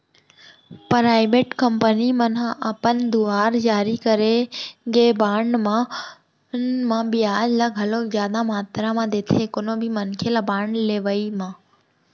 private company मन ह अपन दुवार जारी करे गे बांड मन म बियाज ल घलोक जादा मातरा म देथे कोनो भी मनखे ल बांड लेवई म